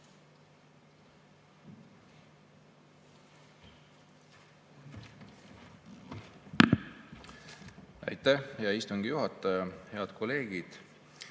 Aitäh, hea istungi juhataja! Head kolleegid